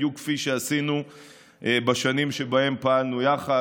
בדיוק כפי שעשינו בשנים שבהן פעלנו יחד,